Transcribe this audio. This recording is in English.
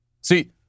See